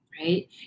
right